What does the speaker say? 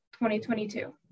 2022